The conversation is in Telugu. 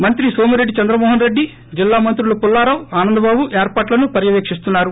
మంత్రి నోమిరెడ్డి చంద్రమోహన్రెడ్డి జిల్లా మంత్రులు పుల్లారావు ఆనందబాబు ఏర్పాట్లను పర్యవేకిస్తున్నారు